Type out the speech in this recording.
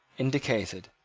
indicated,